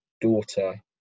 daughter